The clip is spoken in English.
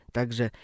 Także